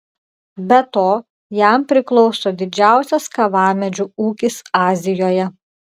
be to jam priklauso didžiausias kavamedžių ūkis azijoje